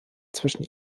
zwischen